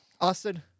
Austin